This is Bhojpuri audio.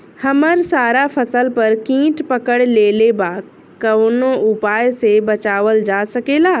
हमर सारा फसल पर कीट पकड़ लेले बा कवनो उपाय से बचावल जा सकेला?